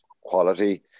quality